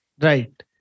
Right